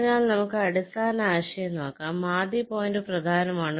അതിനാൽ നമുക്ക് അടിസ്ഥാന ആശയം നോക്കാം ആദ്യ പോയിന്റ് പ്രധാനമാണ്